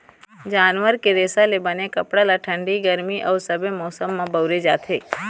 जानवर के रेसा ले बने कपड़ा ल ठंडी, गरमी अउ सबे मउसम म बउरे जाथे